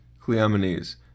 Cleomenes